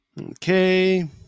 Okay